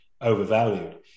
overvalued